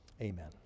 amen